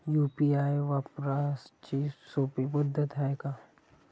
UPI वापराची सोपी पद्धत हाय का?